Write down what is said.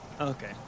Okay